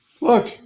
Look